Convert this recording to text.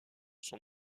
son